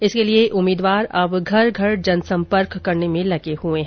इसके लिए उम्मीदवार अब घर घर जनसंपर्क करने में लगे हुए हैं